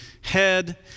head